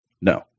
No